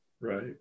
Right